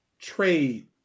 trade